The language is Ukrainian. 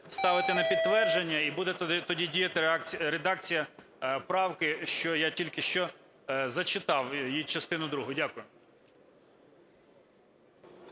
ставити на підтвердження, і буде тоді діяти редакція правки, що я тільки що зачитав, її частину другу. Дякую.